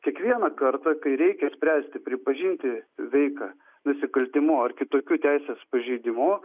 kiekvieną kartą kai reikia spręsti pripažinti veiką nusikaltimu ar kitokiu teisės pažeidimu